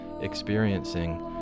experiencing